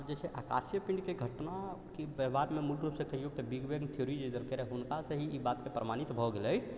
आब जे छै आकाशीय पिण्ड के घटना कि बाद मे मूल रूपसे दिग्वे थ्योरी जे दलकै रऽ हुनका से ही ई बात के प्रमाणित भऽ गेलै